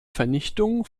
vernichtung